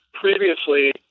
previously